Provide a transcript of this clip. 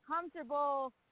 comfortable